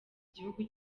igihugu